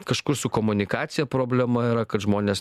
kažkur su komunikacija problema yra kad žmonės